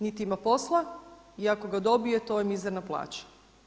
Niti ima posla i ako ga dobije to je mizerna plaća.